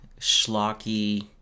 schlocky